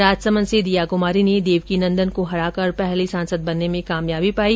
राजसमंद से दीया कुमारी ने देवकीनन्दन काका को हराकर पहली सांसद बनने में कामयाबी पाई